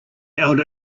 elder